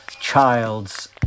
child's